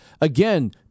again